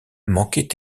manquaient